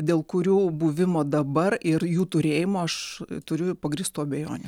dėl kurių buvimo dabar ir jų turėjimo aš turiu pagrįstų abejonių